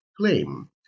claim